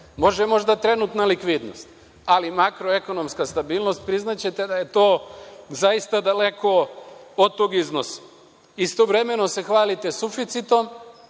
Može, možda trenutna likvidnost, ali makro-ekonomska stabilnost, priznaćete da je to zaista daleko od tog iznosa. Istovremeno se hvalite suficitom